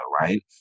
right